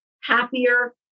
happier